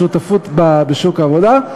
השותפות בשוק העבודה,